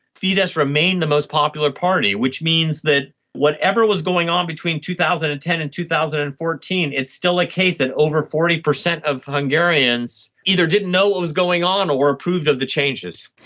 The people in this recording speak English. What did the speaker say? fidesz remained the most popular party, which means that whatever was going on between two thousand and ten and two thousand and fourteen, it's still a case that over forty percent of hungarians either didn't know what was going on or approved of the changes.